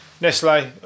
Nestle